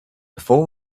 before